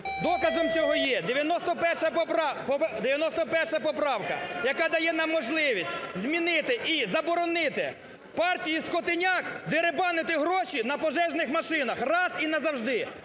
Доказом цього є 91 поправка, яка дає нам можливість змінити і заборонити партії "скотиняк" дерибанити гроші на пожежних машинах раз і назавжди.